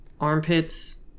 armpits